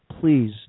Please